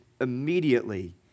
immediately